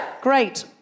Great